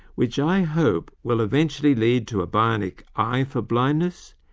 which i hope will eventually lead to a bionic eye for blindness,